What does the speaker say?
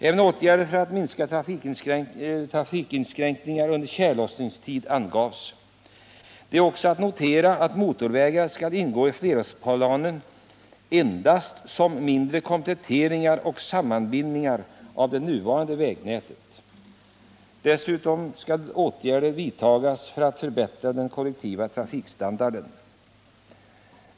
Även åtgärder för att minska trafikinskränkningar under tjällossningstid angavs. Det är också att notera att motorvägar skulle ingå i flerårsplanerna endast såsom mindre kompletteringar och sammanbindningar av det nuvarande vägnätet. Dessutom skulle åtgärder vidtas för att förbättra den kollektiva trafikstandarden.